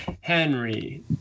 Henry